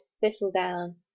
thistledown